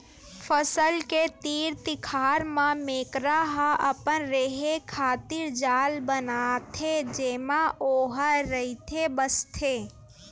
फसल के तीर तिखार म मेकरा ह अपन रेहे खातिर जाल बनाथे जेमा ओहा रहिथे बसथे